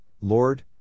Lord